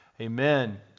Amen